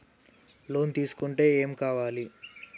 Loan తీసుకుంటే ఏం కావాలి?